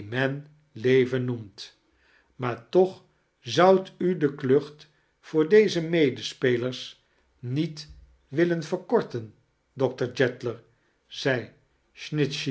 leven noemt maar toch zoudt u de klucht voor deze medespeelsteirs niet willen verkorten doctor jeddler zei